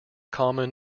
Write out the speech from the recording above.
common